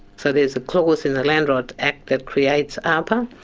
so there's a clause in the land rights act that creates aapa,